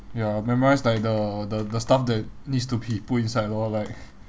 ya memorise like the the the stuff that needs to be put inside lor like